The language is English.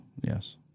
Yes